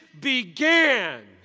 began